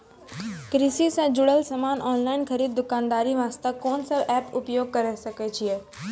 कृषि से जुड़ल समान ऑनलाइन खरीद दुकानदारी वास्ते कोंन सब एप्प उपयोग करें सकय छियै?